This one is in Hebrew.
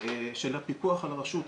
של הפיקוח על הרשות.